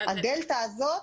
הדלתא הזאת